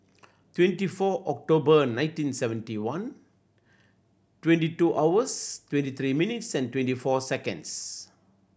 twenty four October nineteen seventy one twenty two hours twenty three minutes twenty four seconds